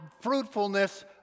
fruitfulness